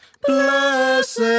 Blessed